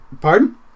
Pardon